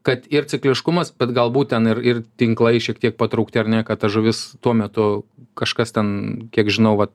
kad ir cikliškumas bet galbūt ten ir ir tinklai šiek tiek patraukti ar ne kad ta žuvis tuo metu kažkas ten kiek žinau vat